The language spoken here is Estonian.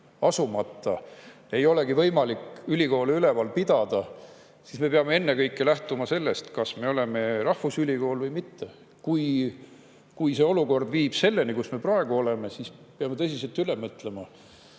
asumata ei ole võimalik ülikoole üleval pidada, siis me peame ennekõike lähtuma seisukohast, kas meil on rahvusülikool või mitte. Kui see olukord viib selleni, kus me praegu oleme, siis peame tõsiselt mõtlema,